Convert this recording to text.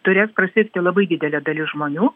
turės prasirgti labai didelė dalis žmonių